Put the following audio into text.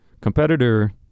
competitor